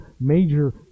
major